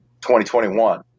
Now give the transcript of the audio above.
2021